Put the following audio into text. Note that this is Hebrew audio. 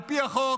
על פי החוק,